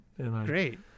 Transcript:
Great